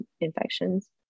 infections